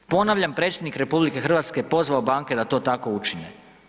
Ponavljam, Predsjednik RH je pozvao banke da to tako učine.